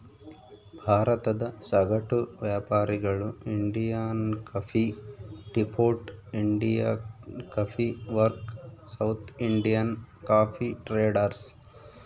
ಭಾರತದ ಸಗಟು ವ್ಯಾಪಾರಿಗಳು Indian coffee depot, Indian coffee works, South Indian coffee traders